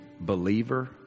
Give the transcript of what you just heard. believer